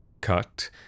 cut